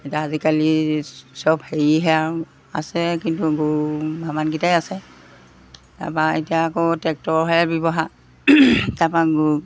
এতিয়া আজিকালি চব হেৰিহে আৰু আছে কিন্তু গৰু ভালেমানকেইটাই আছে তাৰপৰা এতিয়া আকৌ ট্ৰেক্টৰহে ব্যৱহাৰ তাৰপৰা